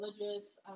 religious